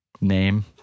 name